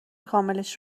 کاملش